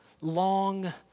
long